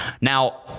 Now